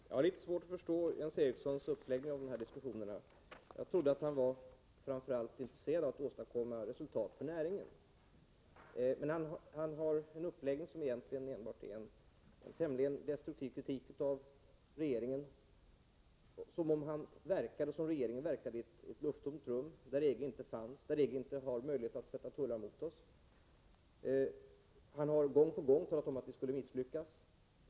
Herr talman! Jag har svårt att förstå Jens Erikssons uppläggning av denna diskussion. Jag trodde att han framför allt var intresserad av att åstadkomma resultat för näringen. Men han har en uppläggning som enbart är tämligen destruktiv kritik av regeringen, som om regeringen verkade i ett lufttomt rum där EG inte fanns och inte hade möjlighet att sätta tullar mot oss. Han har gång på gång talat om att vi skulle misslyckas.